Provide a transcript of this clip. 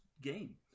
game